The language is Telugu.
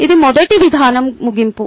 ఇది మొదటి విధానం ముగింపు